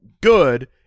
good